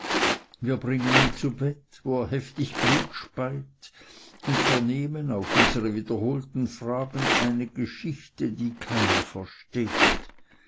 wir bringen ihn zu bett wo er heftig blut speit und vernehmen auf unsre wiederholten fragen eine geschichte die keiner versteht